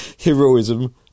heroism